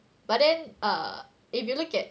but then err if you look at